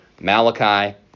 Malachi